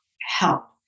help